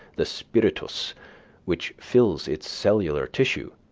the spiritus which fills its cellular tissue,